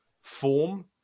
form